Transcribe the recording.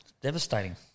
devastating